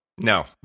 No